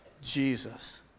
Jesus